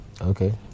Okay